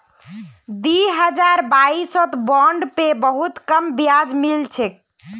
दी हजार बाईसत बॉन्ड पे बहुत कम ब्याज मिल छेक